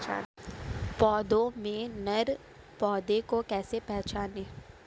पौधों में नर पौधे को कैसे पहचानें?